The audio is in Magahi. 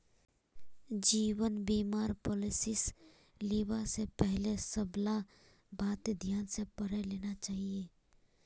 जीवन बीमार पॉलिसीस लिबा स पहले सबला बात ध्यान स पढ़े लेना चाहिए